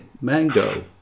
Mango